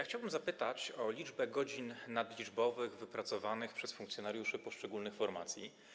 Chciałbym zapytać o liczbę godzin nadliczbowych wypracowanych przez funkcjonariuszy poszczególnych formacji.